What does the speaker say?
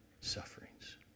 sufferings